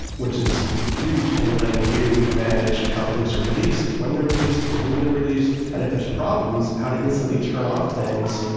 which is huge in letting you manage how things are released, when they're released, to whom they're released and if there is problems, how to instantly turn off things.